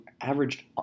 averaged